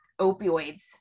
opioids